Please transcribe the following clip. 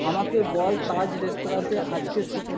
আমাকে বল তাজ রেস্তোরাঁতে আজকের স্যুপ ক